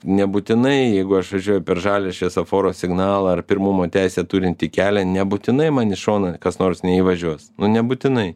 nebūtinai jeigu aš važiuoju per žalią šviesoforo signalą ar pirmumo teisę turintį kelią nebūtinai man į šoną kas nors neįvažiuos nu nebūtinai